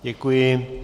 Děkuji.